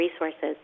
resources